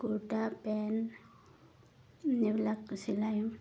kurta pant এইবিলাক চিলায়ো